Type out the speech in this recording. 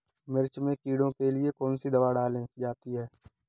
मिर्च में कीड़ों के लिए कौनसी दावा डाली जाती है?